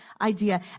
idea